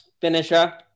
finisher